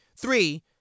Three